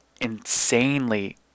insanely